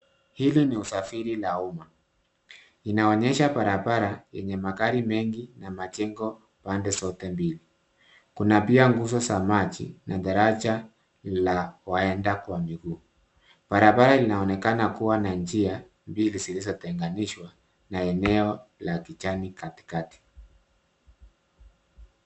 Hili ni usafiri la umma, inaonyesha barabara yenye magari mengi na majengo pande zote mbili. Kuna pia nguzo za maji, na daraja la waenda kwa miguu. Barabara inaonekana kuwa na njia mbili zilizotenganishwa na eneo la kijani katikati.